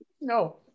No